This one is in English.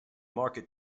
market